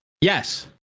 yes